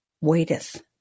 waiteth